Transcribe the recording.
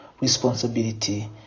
responsibility